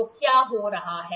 तो क्या हो रहा है